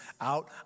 out